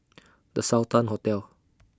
The Sultan Hotel